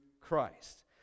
Christ